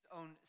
own